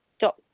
dot